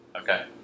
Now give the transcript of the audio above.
Okay